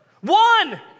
One